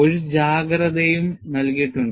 ഒരു ജാഗ്രതയും നൽകിയിട്ടുണ്ട്